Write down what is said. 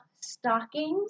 stockings